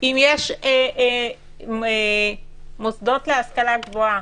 אם יש מוסדות להשכלה גבוהה